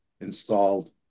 installed